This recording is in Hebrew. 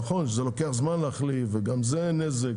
נכון שלוקח זמן להחליף וגם זה נזק,